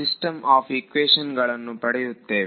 system of ಈಕ್ವೇಶನ್ಗಳನ್ನು ಪಡೆಯುತ್ತೇವೆ